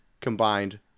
combined